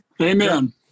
Amen